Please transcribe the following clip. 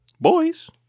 Boys